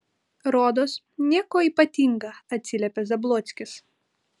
rodos nieko ypatinga atsiliepė zablockis